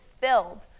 filled